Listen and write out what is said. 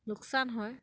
লোকচান হয়